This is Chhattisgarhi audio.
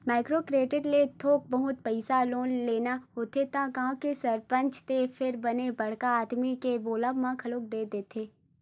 माइक्रो क्रेडिट ले थोक बहुत पइसा लोन लेना होथे त गाँव के सरपंच ते फेर बने बड़का आदमी के बोलब म घलो दे देथे